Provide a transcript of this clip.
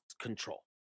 control